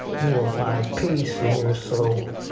you will find peace in your so